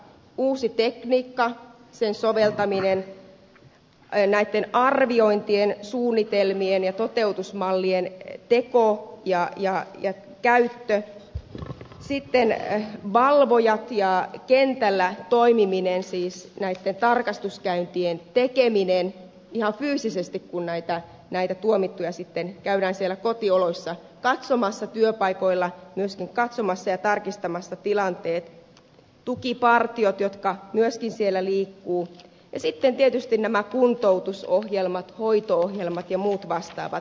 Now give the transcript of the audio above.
uusi tekniikka sen soveltaminen näitten arviointien suunnitelmien ja toteutusmallien teko ja käyttö sitten valvojat ja kentällä toimiminen siis näitten tarkastuskäyntien tekeminen ihan fyysisesti kun näitä tuomittuja sitten käydään siellä kotioloissa katsomassa työpaikoilla myöskin katsomassa ja tarkistamassa tilanteet tukipartiot jotka myöskin siellä liikkuvat ja sitten tietysti nämä kuntoutusohjelmat hoito ohjelmat ja muut vastaavat